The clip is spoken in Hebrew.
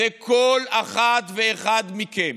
זה כל אחת ואחד מכם.